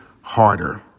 Harder